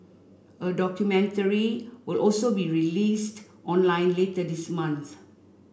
a documentary will also be released online later this month